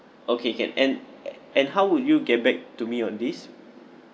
okay can and a~ and how would you get back to me on this